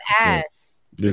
ass